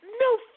No